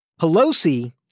Pelosi